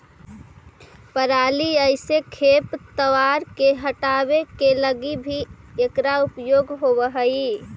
पराली जईसे खेप तवार के हटावे के लगी भी इकरा उपयोग होवऽ हई